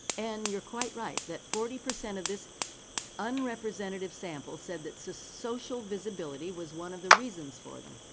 and you are quite right, that forty percent of this unrepresentative sample said that so social visibility was one of the reasons for them.